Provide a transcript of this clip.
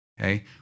okay